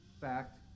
fact